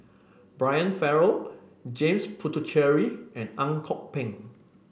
Brian Farrell James Puthucheary and Ang Kok Peng